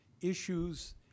issues